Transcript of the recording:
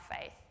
faith